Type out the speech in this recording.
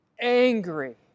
angry